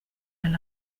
del